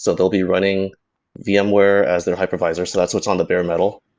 so they'll be running vmware as their hypervisor, so that's what's on the bare metal.